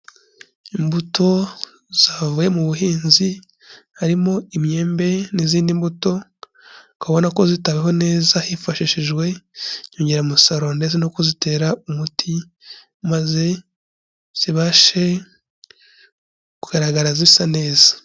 Imbuto zavuye mu buhinzi harimo imyembe n'izindi mbuto, ukaba ubona ko zitaweho neza hifashishijwe inyongeramusaruro ndetse no kuzitera umuti maze zibashe kugaragara zisa neza.